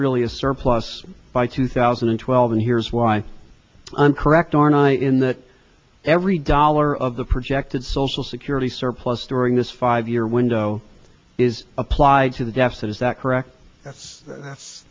really a surplus by two thousand and twelve and here's why i'm correct are night in that every dollar of the projected social security surplus during this five year window is applied to the deficit is that correct that's